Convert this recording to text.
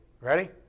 Ready